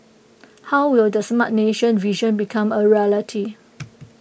how will the Smart Nation vision become A reality